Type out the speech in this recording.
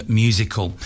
musical